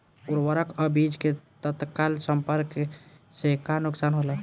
उर्वरक अ बीज के तत्काल संपर्क से का नुकसान होला?